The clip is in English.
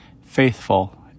faithful